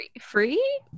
Free